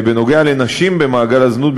3. בנוגע לנשים במעגל הזנות,